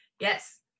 Yes